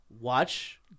watch